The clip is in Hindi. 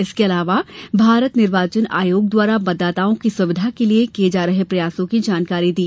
इसके अलावा भारत निर्वाचन आयोग द्वारा मतदाताओं की सुविधा के लिए किये जा रहे प्रयासों की जानकारी दी